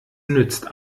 nützt